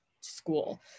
school